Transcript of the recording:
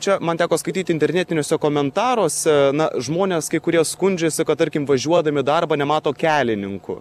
čia man teko skaityti internetiniuose komentaruose na žmonės kai kurie skundžiasi kad tarkim važiuodami į darbą nemato kelininkų